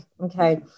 Okay